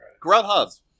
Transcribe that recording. Grubhub